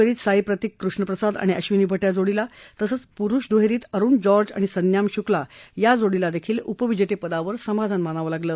मिश्र दुहेरीत साईप्रतिक कृष्णप्रसाद आणि अब्विनी भट या जोडीला तसंच पुरुष दुहेरीत अरुण जॉर्ज आणि सन्याम शुक्ला या जोडीलाही उपविजेते पदावर समाधान मानावं लागलं